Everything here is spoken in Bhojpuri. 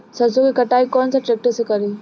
सरसों के कटाई कौन सा ट्रैक्टर से करी?